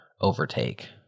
overtake